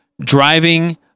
driving